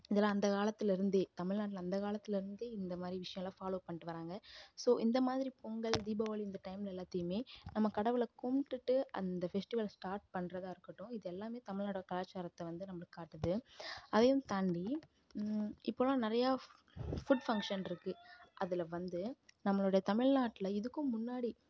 இதில் அந்த காலத்திலேருந்தே தமிழ்நாட்டில் அந்த காலத்திலேருந்தே இந்த மாதிரி விஷயோலாம் ஃபாலோ பண்ணிட்டு வராங்க ஸோ இந்த மாதிரி பொங்கல் தீபாவளி இந்த டைமில் எல்லாத்தையுமே நம்ம கடவுளை கும்பிட்டு அந்த ஃபெஸ்டிவலை ஸ்டார்ட் பண்ணுறதா இருக்கட்டும் இது எல்லாமே தமிழ்நாடோட கலாச்சாரத்தை வந்து நம்பளுக்கு காட்டுது அதையும் தாண்டி இப்போல்லாம் நிறையா ஃபுட் ஃபங்க்ஷன் இருக்குது அதில் வந்து நம்மளோடய தமிழ்நாட்டில் இதுக்கும் முன்னாடி